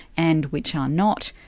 and which are not,